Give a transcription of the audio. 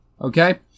okay